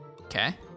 Okay